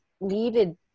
needed